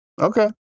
Okay